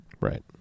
Right